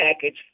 package